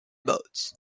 boats